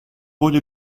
wurde